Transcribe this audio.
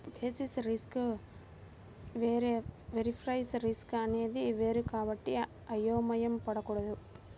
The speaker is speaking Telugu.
బేసిస్ రిస్క్ వేరు ప్రైస్ రిస్క్ అనేది వేరు కాబట్టి అయోమయం పడకూడదు